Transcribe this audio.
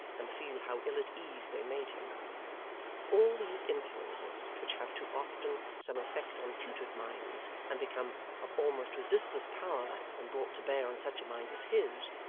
and feel how ill at ease they made him all these influences, which have too often some effect on tutored minds and become of almost resistless power when brought to bear on such a mind as his,